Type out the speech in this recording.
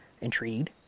intrigued